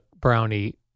brownie